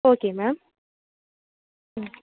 okay ma'am ம்